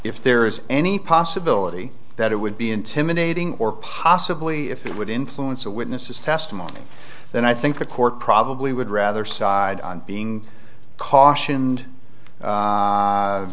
if there is any possibility that it would be intimidating or possibly if it would influence a witness's testimony then i think the court probably would rather side on being cautioned